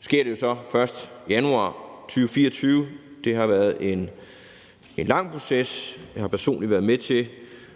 sker det så først i januar 2024 – det har været en lang proces, og jeg har personligt